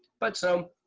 but so,